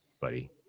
buddy